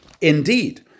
Indeed